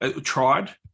tried